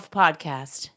podcast